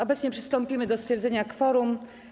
Obecnie przystąpimy do stwierdzenia kworum.